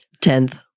Tenth